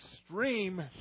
extreme